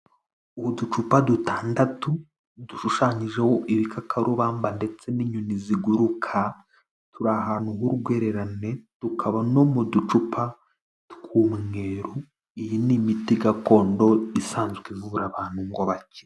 Uducupa dutandatu dushushanyijeho ibikakarubamba ndetse n'inyoni ziguruka, turi ahantu h'urwererane, tukaba no mu ducupa tw'umweru. Iyi ni imiti gakondo isanzwe ivura abantu ngo bakire.